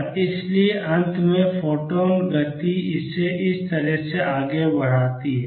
और इसलिए अंत में फोटॉन गति इसे इस तरह से आगे बढ़ाती है